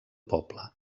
poble